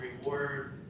reward